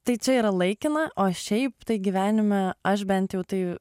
tai čia yra laikina o šiaip tai gyvenime aš bent jau tai